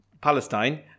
Palestine